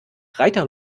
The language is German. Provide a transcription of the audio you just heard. reiter